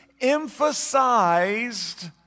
emphasized